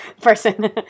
person